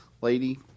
Lady